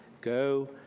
Go